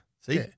See